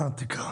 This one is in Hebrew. אקרא: